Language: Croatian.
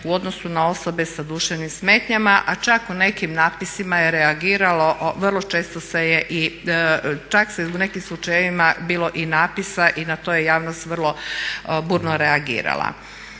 u odnosu na osobe sa duševnim smetnjama a čak u nekim napisima je reagiralo, vrlo često se je i čak se i u nekim slučajevima bilo i napisa i na to je javnost vrlo burno reagirala.